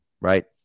right